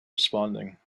responding